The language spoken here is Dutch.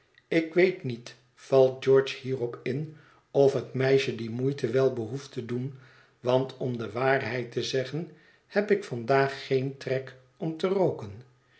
ik weet niet valt george hierop in of het meisje die moeite wel behoeft te doen want om de waarheid te zeggen heb ik vandaag geen trek om te rooken